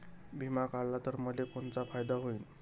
बिमा काढला त मले कोनचा फायदा होईन?